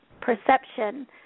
perception